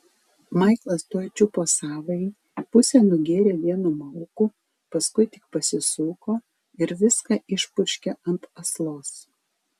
maiklas tuoj čiupo savąjį pusę nugėrė vienu mauku paskui tik pasisuko ir viską išpurškė ant aslos